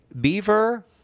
Beaver